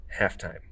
halftime